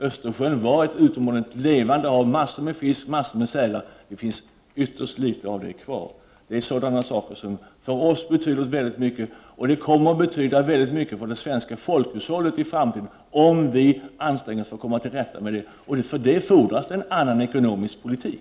Östersjön var ett utomordentligt levande hav — massor med fisk, massor med sälar. Nu finns ytterst litet av det kvar. Sådana saker betyder väldigt mycket för oss, och det kommer att betyda väldigt mycket för det svenska folkhushållet i framtiden, om vi anstränger oss för att komma till rätta med problemen. För detta fordras en annan ekonomisk politik.